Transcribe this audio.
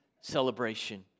celebration